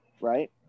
right